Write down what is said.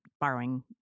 borrowing